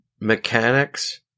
mechanics